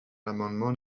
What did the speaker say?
l’amendement